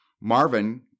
Marvin